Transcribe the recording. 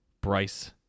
Bryce